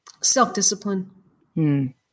Self-discipline